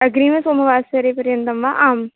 अग्रिमसोमवासरे पर्यन्तं वा आम्